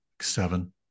Seven